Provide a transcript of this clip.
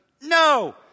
No